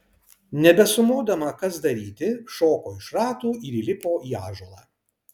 nebesumodama kas daryti šoko iš ratų ir įlipo į ąžuolą